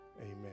amen